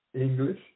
English